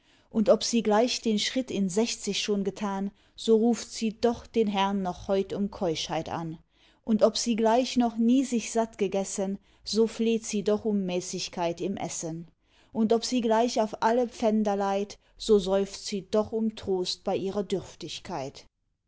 und ob sie gleich den schritt in sechzig schon getan so ruft sie doch den herrn noch heut um keuschheit an und ob sie gleich noch nie sich satt gegessen so fleht sie doch um mäßigkeit im essen und ob sie gleich auf alle pfänder leiht so seufzt sie doch um trost bei ihrer dürftigkeit